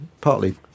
partly